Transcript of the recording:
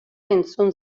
entzun